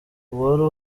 uwari